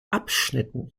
abschnitten